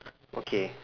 okay